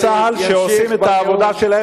"גלי צה"ל" אובייקטיביים?